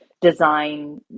design